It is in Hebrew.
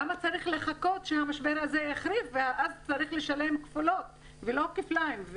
למה צריך לחכות שהמשבר הזה יחריף ואז יהיה צריך לשלם כפולות ולא כפליים,